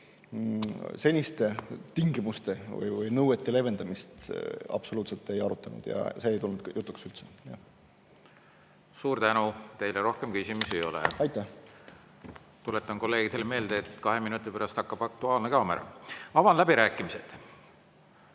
seniste tingimuste või nõuete leevendamist absoluutselt ei arutatud, ja see ei tulnud üldse jutuks. Suur tänu! Teile rohkem küsimusi ei ole. Tuletan kolleegidele meelde, et kahe minuti pärast hakkab "Aktuaalne kaamera". Avan läbirääkimised.